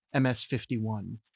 MS-51